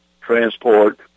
transport